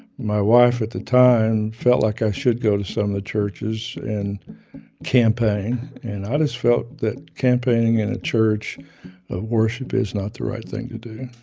my wife at the time felt like i should go to some of the churches and campaign. and i just felt that campaigning in a church of worship is not the right thing to do,